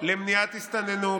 למניעת הסתננות,